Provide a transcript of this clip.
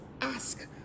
ask